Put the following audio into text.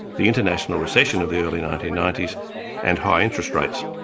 the international recession of the early nineteen ninety s and high interest rates.